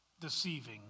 deceiving